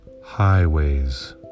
highways